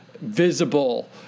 visible